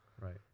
right